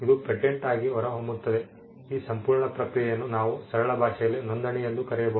ಇದು ಪೇಟೆಂಟ್ ಆಗಿ ಹೊರಹೊಮ್ಮುತ್ತದೆ ಈ ಸಂಪೂರ್ಣ ಪ್ರಕ್ರಿಯೆಯನ್ನು ನಾವು ಸರಳ ಭಾಷೆಯಲ್ಲಿ ನೋಂದಣಿ ಎಂದು ಕರೆಯಬಹುದು